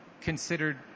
considered